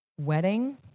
wedding